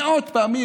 מאות פעמים,